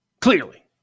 Clearly